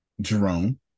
Jerome